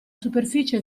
superficie